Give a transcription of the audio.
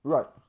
Right